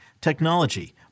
technology